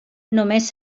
només